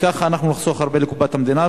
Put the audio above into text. ככה נחסוך הרבה לקופת המדינה,